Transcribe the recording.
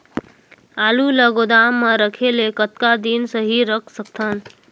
आलू ल गोदाम म रखे ले कतका दिन सही रख सकथन?